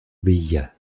villa